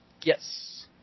Yes